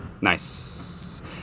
Nice